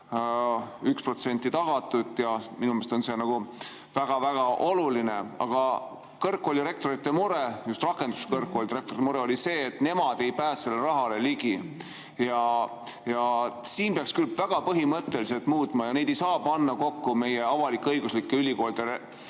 1% tagatud ja minu meelest on see väga-väga oluline. Aga kõrgkooli rektorite, just rakenduskõrgkoolide rektorite mure oli see, et nemad ei pääse sellele rahale ligi. Seda peaks küll väga põhimõtteliselt muutma, neid ei saa panna kokku meie avalik-õiguslike ülikoolide